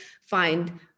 find